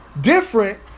different